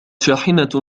شاحنة